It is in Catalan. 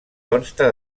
consta